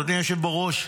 אדוני היושב בראש,